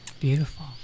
Beautiful